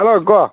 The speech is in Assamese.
হেল্ল' ক